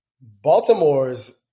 Baltimore's